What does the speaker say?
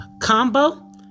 Combo